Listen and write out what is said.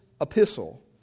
epistle